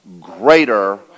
greater